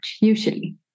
usually